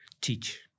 teach